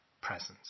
presence